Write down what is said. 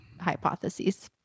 Hypotheses